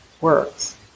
works